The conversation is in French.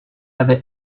avait